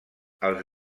els